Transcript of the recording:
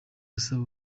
asaba